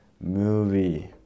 movie